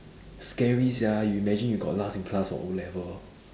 scary sia you imagine you got last in class for O-level